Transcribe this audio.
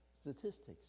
statistics